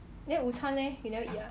then 午餐 leh you never eat ah